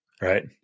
Right